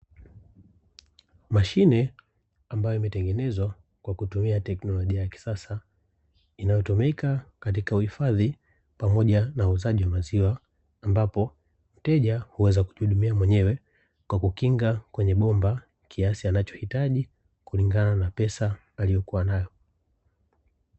Mashine ambayo imetengenezwa kwa kutumia teknolojia ya kisasa, inayotumika katika uhifadhi pamoja na uuzaji wa maziwa, ambapo mteja huweza kujihudumia mwenyewe, kwa kukinga kwenye bomba kiasi anachohitaji kulingana na pesa aliyokuwanayo.